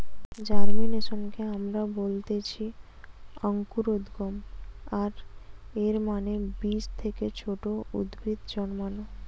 জার্মিনেশনকে আমরা বলতেছি অঙ্কুরোদ্গম, আর এর মানে বীজ থেকে ছোট উদ্ভিদ জন্মানো